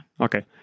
Okay